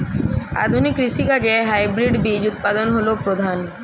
আধুনিক কৃষি কাজে হাইব্রিড বীজ উৎপাদন হল প্রধান